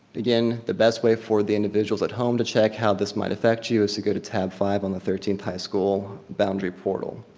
again, the best way for the individuals at home to check how this might affect you you is a go to tab five on the thirteenth high school boundary portal.